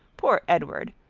poor edward!